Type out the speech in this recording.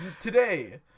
Today